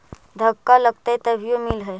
धक्का लगतय तभीयो मिल है?